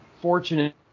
fortunate